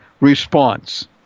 response